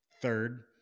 third